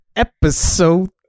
Episode